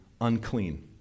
unclean